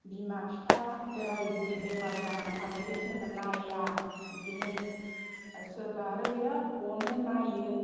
बिमा बिफा बोराइ बुरै बेमार जानानै थानायखौ सोरबा नाया बिदिनो सोरबा आरो बिराद अनो नायो